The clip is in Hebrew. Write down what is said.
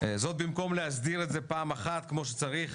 זאת במקום להסדיר את זה פעם אחת כמו שצריך